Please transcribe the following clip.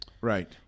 Right